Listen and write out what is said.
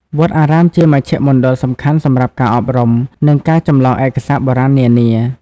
វត្តអារាមជាមជ្ឈមណ្ឌលសំខាន់សម្រាប់ការអប់រំ និងការចម្លងឯកសារបុរាណនានា។